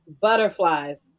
butterflies